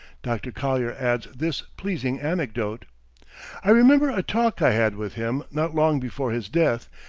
dr. collyer adds this pleasing anecdote i remember a talk i had with him not long before his death,